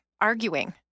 arguing